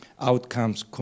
outcomes